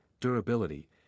durability